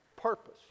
purpose